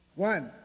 one